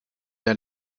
der